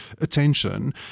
attention